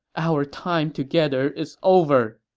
our time together is over!